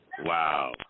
Wow